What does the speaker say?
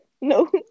No